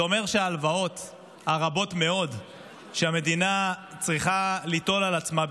זה אומר שההלוואות הרבות מאוד שהמדינה צריכה ליטול על עצמה,